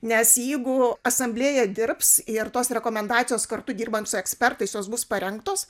nes jeigu asamblėja dirbs ir tos rekomendacijos kartu dirbant su ekspertais jos bus parengtos